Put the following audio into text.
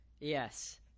yes